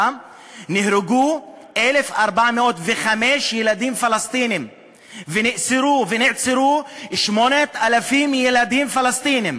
נהרגו 1,405 ילדים פלסטינים ונעצרו 8,000 ילדים פלסטינים.